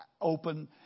open